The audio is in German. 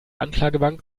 anklagebank